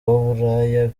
w’uburaya